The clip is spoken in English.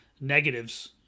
negatives